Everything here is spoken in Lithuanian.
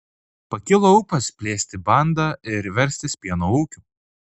pakilo ūpas plėsti bandą ir verstis pieno ūkiu